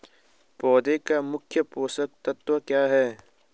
पौधें का मुख्य पोषक तत्व क्या है?